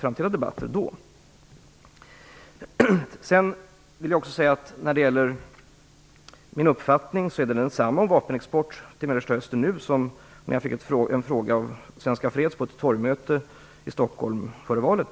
Min uppfattning om vapenexport till Mellersta Östern är densamma nu som när jag fick en fråga av Svenska freds och skiljedomsföreningen på ett torgmöte i Stockholm före valet.